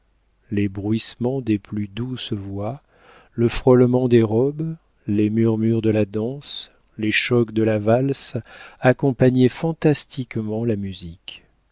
les bruissements des plus douces voix le frôlement des robes les murmures de la danse les chocs de la valse accompagnaient fantastiquement la musique